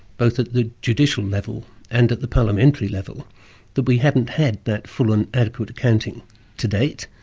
both at the judicial level and at the parliamentary level that we haven't had that full an adequate accounting to date,